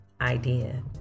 idea